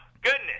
goodness